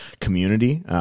community